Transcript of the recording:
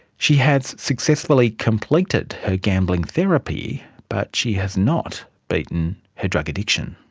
she has successfully completed her gambling therapy but she has not beaten her drug addiction.